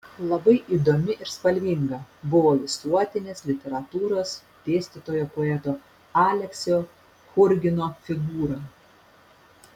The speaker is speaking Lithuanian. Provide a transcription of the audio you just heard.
labai įdomi ir spalvinga buvo visuotinės literatūros dėstytojo poeto aleksio churgino figūra